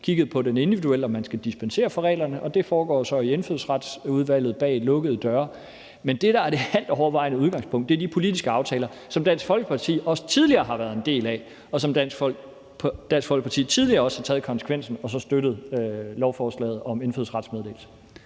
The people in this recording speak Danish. kigget på, om man individuelt skal dispensere fra reglerne, og det foregår så i Indfødsretsudvalget bag lukkede døre. Men det, der er det altovervejende udgangspunkt, er de politiske aftaler, som Dansk Folkeparti også tidligere har været en del af, og som Dansk Folkeparti også tidligere har taget konsekvensen af og så støttet lovforslaget om indfødsrets meddelelse.